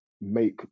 make